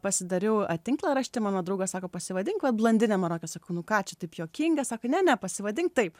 pasidariau tinklaraštį mano draugas sako pasivadink va blondinė maroke sakau nu ką čia taip juokinga sako nene pasivadink taip